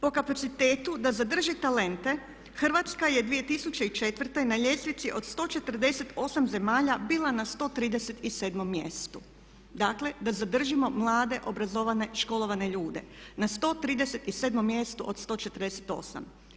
Po kapacitetu da zadrži talente Hrvatska je 2004. na ljestvici od 148 zemalja bila na 137 mjestu, dakle da zadržimo mlade obrazovane školovane ljude, na 137 mjestu od 148.